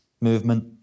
movement